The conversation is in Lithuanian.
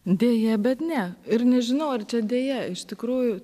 deja bet ne ir nežinau ar čia deja iš tikrųjų